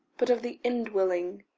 but of the indwelling,